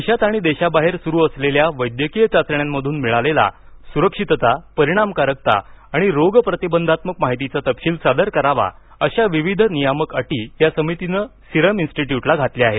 देशात आणि देशाबाहेर सुरू असलेल्या वैद्यकीय चाचण्यांमधून मिळालेला स्रक्षितता परिणामकारकता आणि रोगप्रतिबंधात्मक माहितीचा तपशील सादर करावा अशा विविध नियामक अटी या समितीनं सिरम इन्स्टिट्यूटला घातल्या आहेत